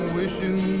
wishing